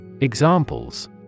Examples